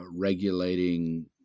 regulating